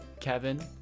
Kevin